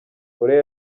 korea